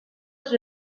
sus